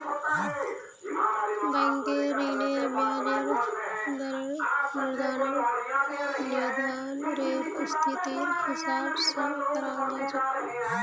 बैंकेर ऋनेर ब्याजेर दरेर निर्धानरेर स्थितिर हिसाब स कराल जा छेक